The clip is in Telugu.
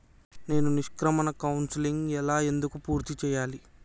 నేను నిష్క్రమణ కౌన్సెలింగ్ ఎలా ఎందుకు పూర్తి చేయాలి?